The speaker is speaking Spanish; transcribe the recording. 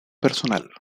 personal